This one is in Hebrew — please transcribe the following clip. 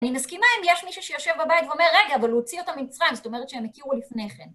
אני מסכימה אם יש מישהו שיושב בבית ואומר, רגע, אבל הוציא אותם ממצרים, זאת אומרת שהם הכירו לפני כן.